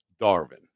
Darwin